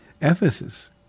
Ephesus